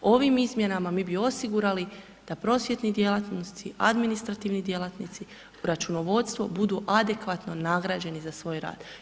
Ovim izmjenama mi bi osigurali da prosvjetni djelatnici, administrativni djelatnici, računovodstvo budu adekvatno nagrađeni za svoj rad.